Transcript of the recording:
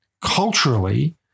culturally